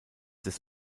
des